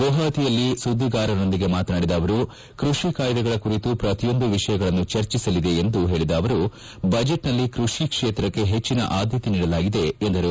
ಗುವಾಪಟಿಯಲ್ಲಿ ಸುದ್ವಿಗಾರರೊಂದಿಗೆ ಮಾತನಾಡಿದ ಅವರು ಕೃಷಿ ಕಾಯ್ದೆಗಳ ಕುರಿತು ಪ್ರತಿಯೊಂದು ವಿಷಯಗಳನ್ನು ಚರ್ಚಿಸಲಿದೆ ಎಂದು ಹೇಳಿದ ಅವರು ಬಜೆಟ್ನಲ್ಲಿ ಕೃಷಿ ಕ್ಷೇತ್ರಕ್ಕೆ ಹೆಚ್ಚಿನ ಆದ್ಯತೆ ನೀಡಲಾಗಿದೆ ಎಂದರು